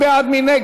מי בעד?